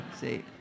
See